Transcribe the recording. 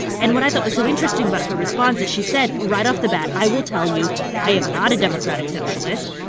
and what i thought was so interesting about her response is she said right off the bat i will tell you i am not a democratic socialist,